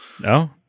No